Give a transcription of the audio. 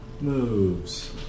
moves